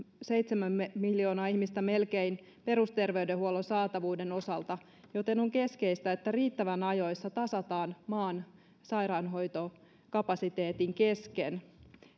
seitsemän miljoonaa ihmistä ei ole eriarvoisessa asemassa perusterveydenhuollon saatavuuden osalta joten on keskeistä että riittävän ajoissa tasataan maan sairaanhoitokapasiteetin kesken